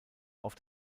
auf